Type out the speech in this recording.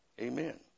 Amen